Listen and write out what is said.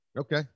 Okay